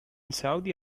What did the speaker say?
saudi